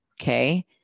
Okay